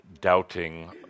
doubting